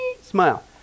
smile